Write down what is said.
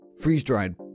freeze-dried